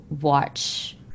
watch